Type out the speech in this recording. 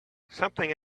something